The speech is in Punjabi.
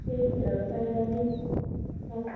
ਠੀਕ ਰਹਿਣਾ ਚਾਹੀਦਾ ਜੀ